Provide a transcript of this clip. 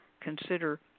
consider